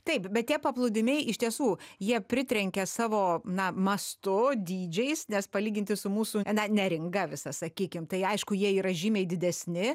taip bet tie paplūdimiai iš tiesų jie pritrenkia savo na mastu dydžiais nes palyginti su mūsų neringa visa sakykim tai aišku jie yra žymiai didesni